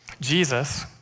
Jesus